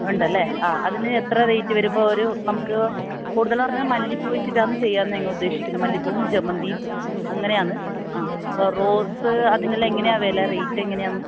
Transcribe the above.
ഉണ്ടല്ലേ ആ അതിന് എത്ര റേറ്റ് വരും ആ ഇപ്പോൾ ഒരു നമുക്ക് കൂടുതൽ പറഞ്ഞാൽ മല്ലിപ്പൂ വച്ചിട്ടാണ് ചെയ്യാമെന്ന് ഞങ്ങൾ ഉദ്ദേശിക്കുന്നത് മല്ലിപ്പൂവും ജമന്തിയും അങ്ങനെയാണ് ആ അപ്പോൾ റോസ് അതിനെല്ലാം എങ്ങനെയാണ് വില റേറ്റ് എങ്ങനെയാണ്